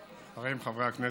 חברים, חברי הכנסת,